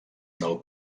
del